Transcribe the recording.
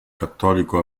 cattolico